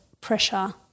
pressure